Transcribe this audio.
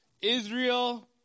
Israel